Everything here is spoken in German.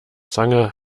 zange